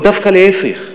או דווקא להפך,